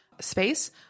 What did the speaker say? space